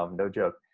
um no joke.